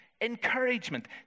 Encouragement